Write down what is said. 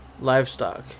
livestock